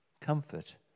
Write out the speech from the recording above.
Comfort